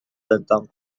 tentang